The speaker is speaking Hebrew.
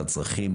על הצרכים,